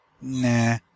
Nah